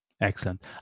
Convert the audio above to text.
excellent